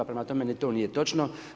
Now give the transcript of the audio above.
Prema tome, ni to nije točno.